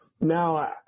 Now